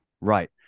Right